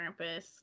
Krampus